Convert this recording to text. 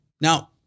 Now